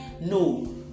No